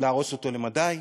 להרוס אותה למדי,